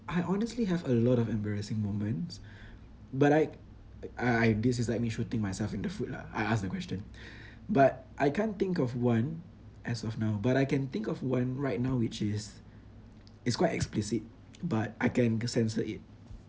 I honestly have a lot of embarrassing moments but I uh I this is like me shooting myself in the foot lah I ask the question but I can't think of one as of now but I can think of one right now which is is quite explicit but I can censor it